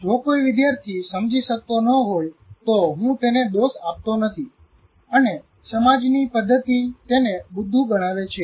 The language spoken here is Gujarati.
જો કોઈ વિદ્યાર્થી સમજી શકતો ન હોય તો હું તેને દોષ આપતો નથી અને સમાજની પદ્ધતિ તેને બુદ્ધુ ગણાવે છે